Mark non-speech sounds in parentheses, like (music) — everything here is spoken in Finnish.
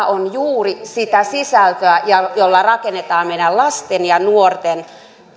(unintelligible) on juuri sitä sisältöä jolla rakennetaan meidän lasten ja nuorten